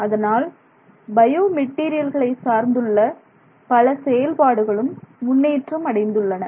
அதனால் பயோ மெட்டீரியல்களை சார்ந்துள்ள பல செயல்பாடுகளும் முன்னேற்றம் அடைந்துள்ளன